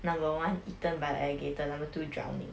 number one eaten by an alligator number two drowning